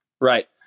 Right